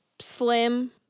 slim